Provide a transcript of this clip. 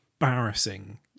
embarrassing